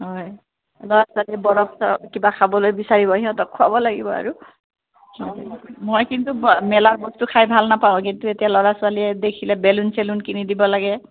হয় ল'ৰা ছোৱালীয়ে বৰফ চৰফ কিবা খাবলৈ বিচাৰিব সিহঁতক খুৱাব লাগিব আৰু মই কিন্তু ম মেলাৰ বস্তু খাই ভাল নাপাওঁ কিন্তু এতিয়া ল'ৰা ছোৱালীয়ে দেখিলে বেলুন চেলুন কিনি দিব লাগে